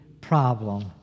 problem